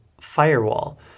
firewall